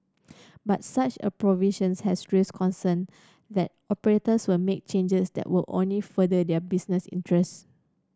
but such a provisions has raised concern that operators will make changes that will only further their business interest